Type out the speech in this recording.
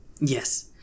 Yes